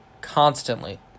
constantly